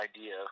idea